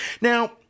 Now